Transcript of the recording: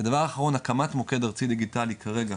בעלות ודבר אחרון, הקמת מוקד ארצי דיגיטלי כרגע